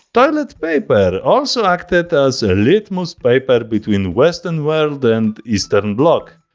toilet paper also acted as litmus paper between western world and eastern bloc.